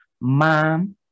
Mom